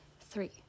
Three